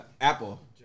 Apple